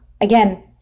again